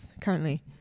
currently